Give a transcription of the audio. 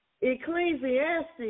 Ecclesiastes